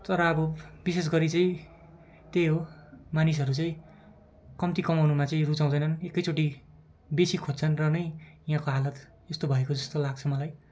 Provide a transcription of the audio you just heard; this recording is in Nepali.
तर अब विशेष गरी चाहिँ त्यही हो मानिसहरू चाहिँ कम्ती कमाउनुमा चाहिँ रुचाउँदैनन् एकचोटि बेसी खोज्छन् र नै यहाँको हालत यस्तो भएको जस्तो लाग्छ मलाई